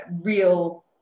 real